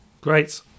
great